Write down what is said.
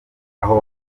hantu